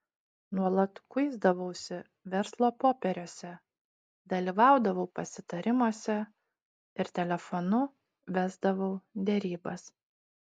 nuolat kuisdavausi verslo popieriuose dalyvaudavau pasitarimuose ir telefonu vesdavau derybas